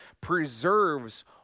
preserves